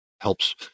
helps